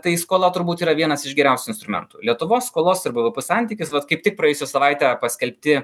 tai skola turbūt yra vienas iš geriausių instrumentų lietuvos skolos ir bvp santykis vat kaip tik praėjusią savaitę paskelbti